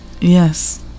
Yes